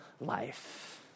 life